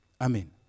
Amen